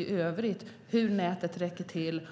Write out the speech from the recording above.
i övrigt hur nätet räcker till.